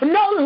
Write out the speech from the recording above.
no